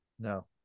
No